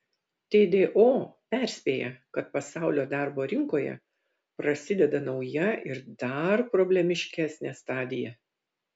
tdo perspėja kad pasaulio darbo rinkoje prasideda nauja ir dar problemiškesnė stadija